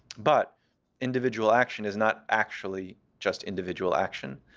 but individual action is not actually just individual action.